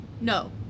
no